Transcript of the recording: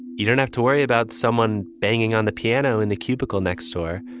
you don't have to worry about someone banging on the piano in the cubicle next door,